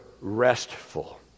restful